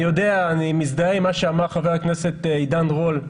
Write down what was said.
אני מזדהה עם מה שאמר חבר הכנסת עידן רול.